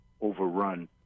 overrun